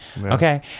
Okay